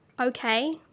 okay